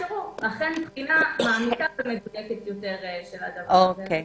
יאפשר זאת אחרי בחינה מדוקדקת יותר של הדבר הזה.